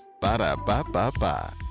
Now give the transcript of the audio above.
Ba-da-ba-ba-ba